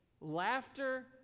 laughter